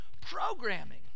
programming